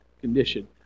condition